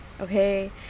okay